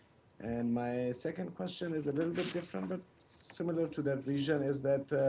and my second question is a little bit different but similar to that region, is that